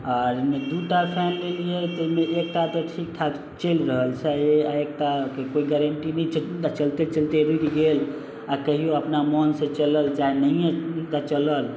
आर ओयमे दूटा फैन लेलियै तऽ ओयमे एकटा तऽ ठीक ठाक चलि रहल छै आओर एकटाके कोइ गारंटी नहि छै चलते चलते रुकि गेल आओर कहियो अपना मोनसँ चलल चाहे नहिये तऽ चलल